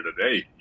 today